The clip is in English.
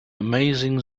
amazing